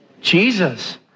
Jesus